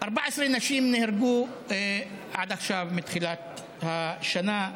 14 נשים נהרגו עד עכשיו מתחילת השנה,